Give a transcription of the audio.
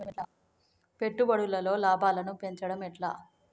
పెట్టుబడులలో లాభాలను పెంచడం ఎట్లా?